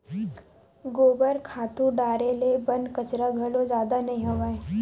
गोबर खातू डारे ले बन कचरा घलो जादा नइ होवय